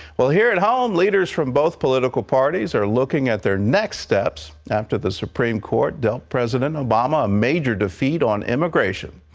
here at home, leaders from both political parties are looking at their next steps after the supreme court dealt president obama a major defeat on immigration.